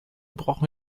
brauchen